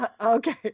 okay